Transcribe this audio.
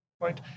right